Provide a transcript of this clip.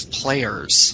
players